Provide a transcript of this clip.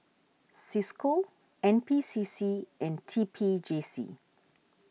Cisco N P C C and T P J C